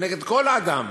כנגד כל אדם,